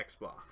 xbox